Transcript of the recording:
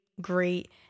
great